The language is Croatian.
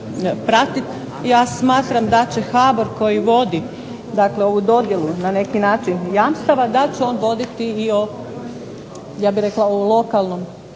ja smatram da će HBOR koji vodi u dodjelu na neki način jamstava da će on voditi ja